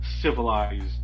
civilized